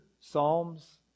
Psalms